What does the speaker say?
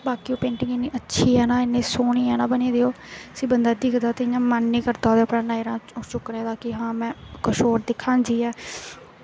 बाकी ओह् पेंटिंग अच्छी ऐ ना सोह्नी ऐ ना बनी दी ओह् उसी बंदा दिखदा ते मन निं करदा नजरां ओह्दे परा दा चुक्कने दा कि हां में किश होर दिक्खां जाइयै